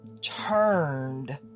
turned